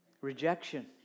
Rejection